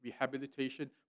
rehabilitation